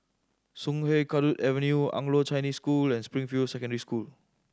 Sungei Kadut Avenue Anglo Chinese School and Springfield Secondary School